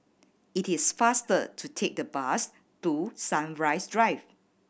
it is faster to take the bus to Sunrise Drive